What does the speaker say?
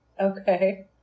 Okay